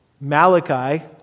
Malachi